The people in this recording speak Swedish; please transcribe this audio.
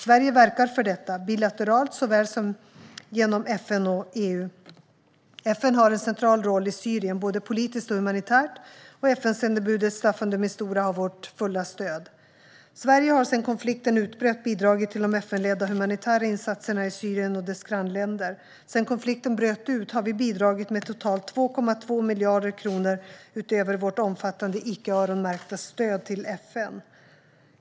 Sverige verkar för detta, bilateralt såväl som genom FN och EU. FN har en central roll i Syrien, både politiskt och humanitärt, och FN-sändebudet Staffan de Mistura har vårt fulla stöd. Sverige har sedan konflikten utbröt bidragit till de FN-ledda humanitära insatserna i Syrien och dess grannländer. Sedan konflikten bröt ut har vi bidragit med totalt 2,2 miljarder kronor utöver vårt omfattande icke-öronmärkta stöd till FN.